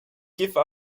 give